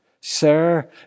Sir